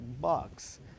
bucks